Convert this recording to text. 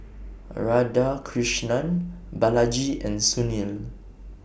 Radhakrishnan Balaji and Sunil